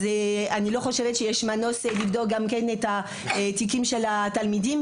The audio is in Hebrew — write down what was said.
אז אני לא חושבת שיש מנוס מלבדוק גם את תיקי התלמידים.